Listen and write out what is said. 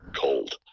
cold